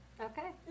Okay